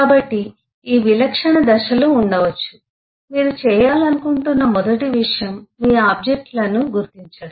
కాబట్టి ఈ విలక్షణ దశలు ఉండవచ్చు మీరు చేయాలనుకుంటున్న మొదటి విషయం మీ ఆబ్జెక్ట్లను గుర్తించడం